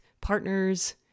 partners